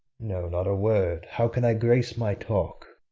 no, not a word. how can i grace my talk,